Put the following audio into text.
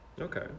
okay